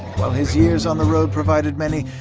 while his years on the road provided many,